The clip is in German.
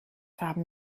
haben